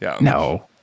No